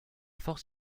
force